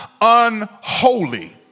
unholy